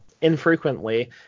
infrequently